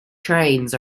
trains